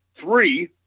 three